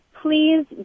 please